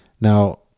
Now